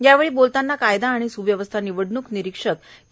यावेळी बोलतांना कायदा व सुव्यवस्था निवडणूक निरीक्षक के